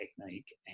technique